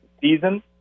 season